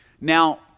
Now